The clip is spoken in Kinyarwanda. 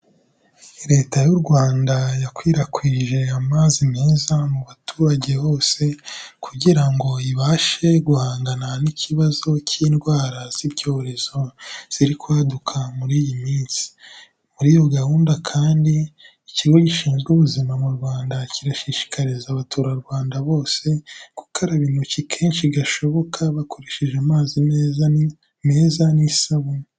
Leta y'u Rwanda yakwirakwije amazi meza mu baturage hose kugira ngo ibashe guhangana n'ikibazo cy'indwara z'ibyorezo ziri kwaduka muri iyi minsi, muri iyo gahunda kandi Ikigo Gishinzwe Ubuzima mu Rwanda kirashishikariza abaturarwanda bose gukaraba intoki kenshi gashoboka bakoresheje amazi meza n'isabune.